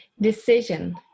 decision